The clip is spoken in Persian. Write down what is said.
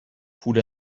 پول